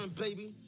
baby